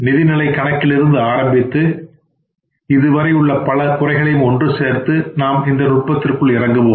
நிதுநிலை கணக்கிலிருந்து ஆரம்பித்து இதுவரை உள்ள பல குறைகளையும் ஒன்று சேர்ந்து நாம் இந்த நுட்த்திற்குள்இறங்குவோம்